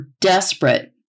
desperate